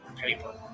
paper